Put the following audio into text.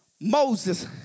Moses